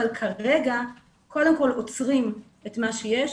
אבל כרגע קודם כל עוצרים את מה שיש.